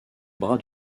bras